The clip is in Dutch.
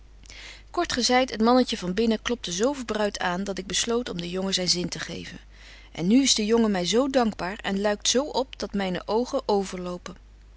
kort gezeit het mannetje van binnen klopte zo verbruit aan dat ik besloot om den jongen zyn zin te geven en nu is de jongen my zo dankbaar en luikt zo op dat myne oogen overlopen